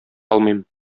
алмыйм